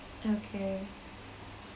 okay